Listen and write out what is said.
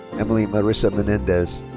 emily marissa menendez.